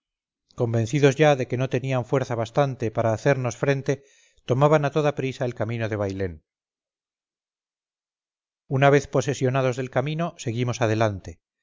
enemigos convencidosya de que no tenían fuerza bastante para hacernos frente tomaban a toda prisa el camino de bailén una vez posesionados del camino seguimos adelante